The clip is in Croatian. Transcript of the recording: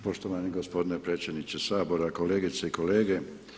Poštovani gospodine predsjedniče Sabora, kolegice i kolege.